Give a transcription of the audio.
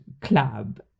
club